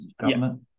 government